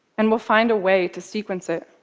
and we'll find a way to sequence it.